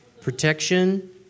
Protection